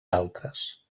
altres